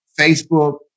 Facebook